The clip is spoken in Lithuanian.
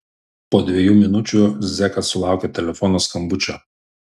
po dviejų minučių zekas sulaukė telefono skambučio